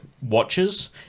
watches